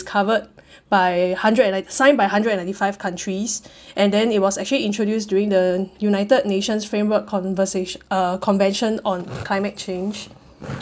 covered by hundred and nin~ signed by a hundred and ninety five countries and then it was actually introduced during the united nations framework conversation um convention on climate change